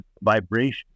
vibration